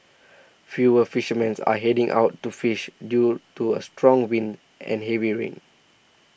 fewer fishermens are heading out to fish due to strong winds and heavy rain